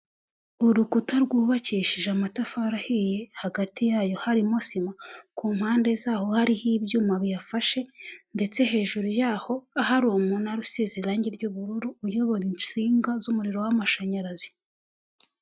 Urukuta rwubakishije amatafari ahiye, hagati yayo harimo sima, ku mpande zaho hariho ibyuma biyafashe ndetse hejuru yaho hari umunara usize irangi ry'ubururu, uyobora insinga z'umuriro w'amashanyarazi.